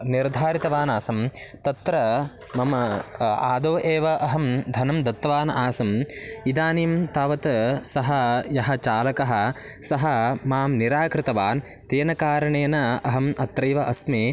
निर्धारितवान् आसम् तत्र मम आदौ एव अहं धनं दत्तवान् आसम् इदानीं तावत् सः यः चालकः सः मां निराकृतवान् तेन कारणेन अहम् अत्रैव अस्मि